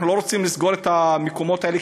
אנחנו לא רוצים לסגור את המקומות האלה,